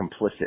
complicit